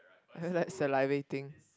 I'm like salivating